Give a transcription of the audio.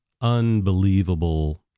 unbelievable